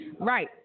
Right